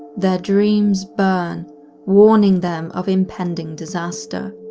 their dreams burn warning them of impending disaster.